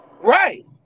Right